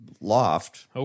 loft